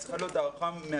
היא צריכה להיות הערכה מעצבת,